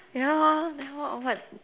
ya lor the hell or what